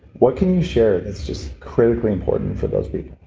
what can you share that's just critically important for those people?